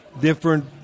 different